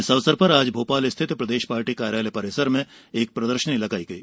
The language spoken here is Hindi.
इस अवसर पर आज भोपाल स्थित प्रदेश पार्टी कार्यालय परिसर में एक प्रदर्शनी लगाई गई